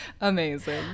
Amazing